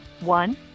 one